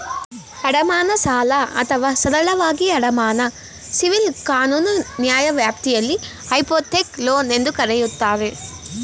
ಅಡಮಾನ ಸಾಲ ಅಥವಾ ಸರಳವಾಗಿ ಅಡಮಾನ ಸಿವಿಲ್ ಕಾನೂನು ನ್ಯಾಯವ್ಯಾಪ್ತಿಯಲ್ಲಿ ಹೈಪೋಥೆಕ್ ಲೋನ್ ಎಂದೂ ಕರೆಯುತ್ತಾರೆ